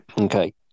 Okay